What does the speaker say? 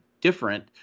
different